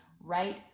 right